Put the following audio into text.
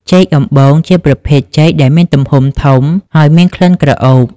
ចេកអំបូង ជាប្រភេទចេកដែលមានទំហំធំ ហើយមានក្លិនក្រអូប។